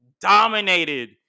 dominated